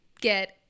get